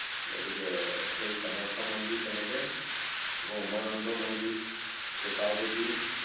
গতিকে সেই কামাখ্যা মন্দিৰ তেনেকৈ আকৌ উমানন্দ মন্দিৰ শিৱ পাৰ্বতী